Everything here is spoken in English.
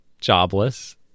jobless